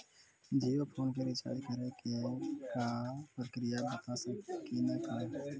Jio phone के recharge करे के का प्रक्रिया बता साकिनी का?